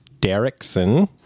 Derrickson